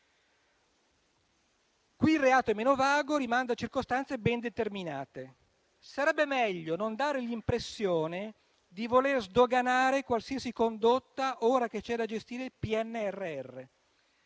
qui il reato è meno vago, rimanda a circostanze ben determinate. Sarebbe meglio non dare l'impressione di voler sdoganare qualsiasi condotta ora che c'è da gestire il PNRR.